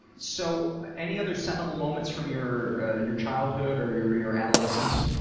so any other seminal moments from your ah your childhood or your or your adolescence